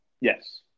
yes